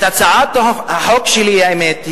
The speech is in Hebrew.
הצעת החוק שלי, האמת,